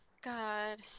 god